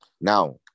Now